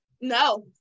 no